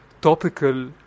topical